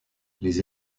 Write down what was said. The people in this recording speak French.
les